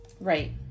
Right